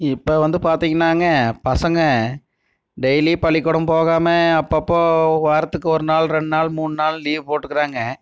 இப்போ வந்து பார்த்தீங்கன்னாங்க பசங்கள் டெய்லி பள்ளிக்கூடம் போகாமல் அப்பப்போது வாரத்துக்கு ஒரு நாள் ரெண்டு நாள் மூணு நாள் லீவ் போட்டுக்கிறாங்க